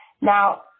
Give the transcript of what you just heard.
Now